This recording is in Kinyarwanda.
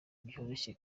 byoroshye